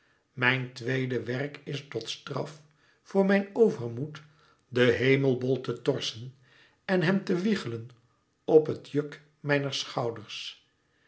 mijn tweede werk is tot straf voor mijn overmoed den hemelbol te torsen en hem te wiegelen op het juk mijner schouders